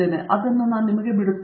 ನಾನು ಅದನ್ನು ನಿಮಗೆ ಬಿಡುತ್ತೇನೆ